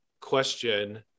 question